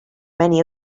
many